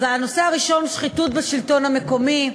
אז הנושא הראשון, שחיתות בשלטון המקומי.